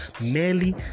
merely